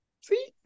See